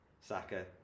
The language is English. Saka